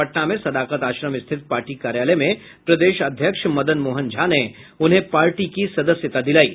पटना में सदाकत आश्रम स्थित पार्टी कार्यालय में प्रदेश अध्यक्ष मदन मोहन झा ने उन्हें पार्टी की सदस्यता दिलायी